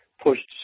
pushed